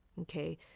Okay